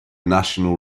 national